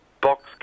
Box